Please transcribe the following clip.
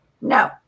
No